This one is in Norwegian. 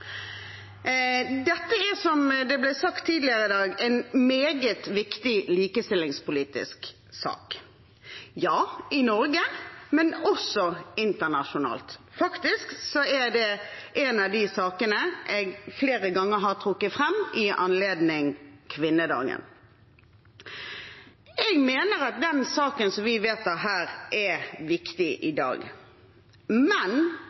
Dette er, som det ble sagt tidligere i dag, en meget viktig likestillingspolitisk sak – ja, i Norge, men også internasjonalt. Faktisk er det en av de sakene jeg flere ganger har trukket fram i anledning kvinnedagen. Jeg mener at den saken vi vedtar her i dag, er viktig, men